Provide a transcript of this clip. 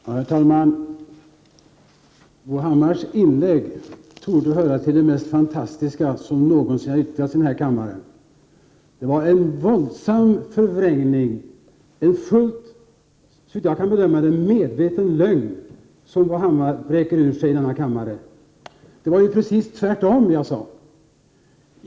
Herr talman! Bo Hammars inlägg torde höra till det mest fantastiska som någonsin har yttrats i den här kammaren. Det var en våldsam förvrängning, såvitt jag kan bedöma en fullt medveten lögn, som Bo Hammar vräkte ur sig i denna kammare. Det var ju precis tvärtom jag sade.